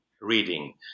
reading